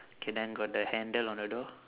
okay then got the handle on the door